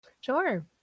Sure